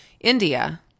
India